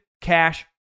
Cash